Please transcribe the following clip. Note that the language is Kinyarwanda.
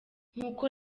nk’uko